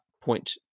point